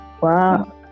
Wow